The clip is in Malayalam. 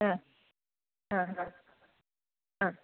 ആ ആ ആ ആ